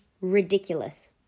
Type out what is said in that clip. ridiculous